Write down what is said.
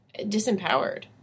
disempowered